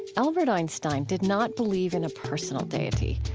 albert einstein did not believe in a personal deity,